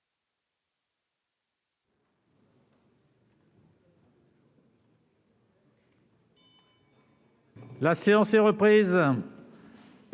La séance est reprise.